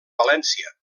valència